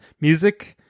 music